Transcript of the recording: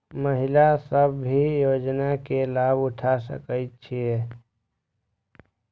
महिला सब भी योजना के लाभ उठा सके छिईय?